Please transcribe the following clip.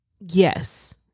yes